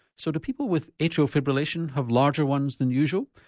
so do people with atrial fibrillation have larger ones than usual?